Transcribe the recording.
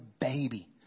baby